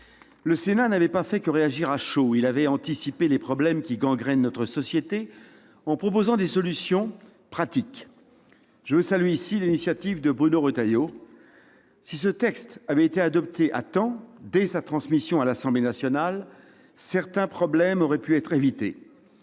Le Sénat n'avait pas fait que réagir à chaud : il avait anticipé les problèmes qui gangrènent notre société en proposant des solutions pratiques. Je veux saluer ici l'initiative de Bruno Retailleau : si ce texte avait été adopté à temps, dès après sa transmission à l'Assemblée nationale, certains problèmes auraient pu être évités.